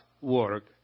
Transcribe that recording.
work